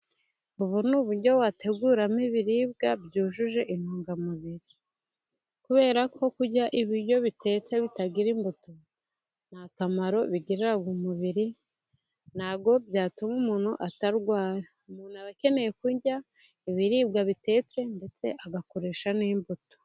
Ubu ni uburyo wateguramo ibiribwa byujuje intungamubiri, kubera ko kurya ibiryo bitetse bitagira imbuto nta kamaro bigirira umubiri, ntabwo byatuma umuntu atarwara, umuntu aba akeneye kurya ibiribwa bitetse, ndetse agakoresha n'imbuto.